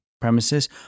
premises